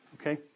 okay